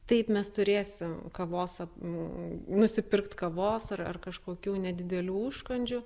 taip mes turėsim kavos ap nusipirkt kavos ar kažkokių nedidelių užkandžių